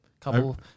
Couple